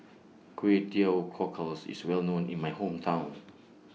Kway Teow Cockles IS Well known in My Hometown